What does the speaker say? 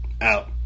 Out